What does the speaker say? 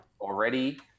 already